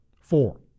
four